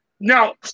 Now